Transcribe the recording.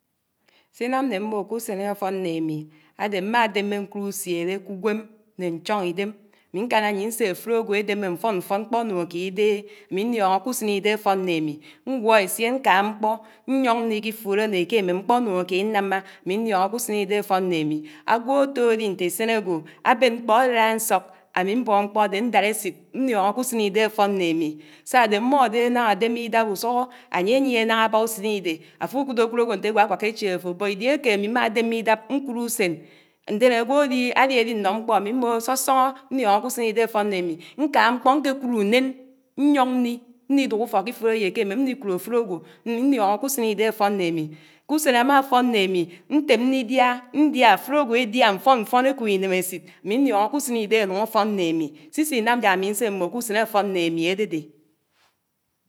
. Sìnám né mmò kùsén ófón mé ámi ádé ná démé ñkùd ùsuiéré k`ùwém né ñehóñdém, ani ñkánáyén nsé áfurò ágwò édémé mfónmfón mkpónòmòkéd ìdéké ámi niónó ƙwsénidé áfób némi, ñgwó éssién ñká mkpó, nyóñ nni kifuré né ƙémém mkpó nòmòkéd ìnwná, ami nniónó ƙúsénidé áfón nné ámi. Ágwò átòri nté ásén ágwò, ábén mkpó árád ánsók ámi mbó mkpó ádé ndád ésid, nniónó ƙùsén idé áfón nnémi sádé mmódé náñá ádémìdáb ùsùnó ányé yié náhá ábá ùsénìdé áfu ùkùdòkùd ágwò nté ógwágwáká échiéd áfò, bót ìdiéké ámi mmá démé ìdáb ñkud ùsén, ndién ágwo ári áriárino mkpó ámi mmò sòsòñó míoñó ƙùsénidé áfòn nné ámi ñká mkpó ñkékùd ùnén ñýon̄ nni, nni dùk ùfók ƙifuré yé ké émem nnikud áfurògwò ámi nníoñó ƙùsénídé áfón nné mi ƙùsén ámáfón nné ámj ngém nìdìá ndiá áfurògwò édiá mfónmfón ékòb ìnémésit ámi nnjóñó ƙùsénidé ánhñ áfón nne ámi, sìsìnám yá ámi nsémmò kùsén áfón nné ámi ádédé.